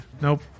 Nope